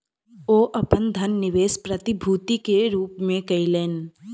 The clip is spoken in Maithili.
ओ अपन धन निवेश प्रतिभूति के रूप में कयलैन